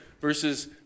versus